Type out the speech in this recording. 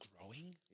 growing